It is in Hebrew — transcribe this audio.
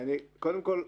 קודם כל,